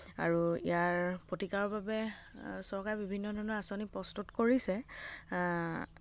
আৰু ইয়াৰ প্ৰতিকাৰৰ বাবে চৰকাৰে বিভিন্ন ধৰণৰ আঁচনি প্ৰস্তুত কৰিছে